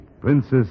Princess